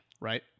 right